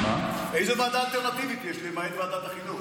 איזה ועדה אלטרנטיבית יש, למעט ועדת החינוך?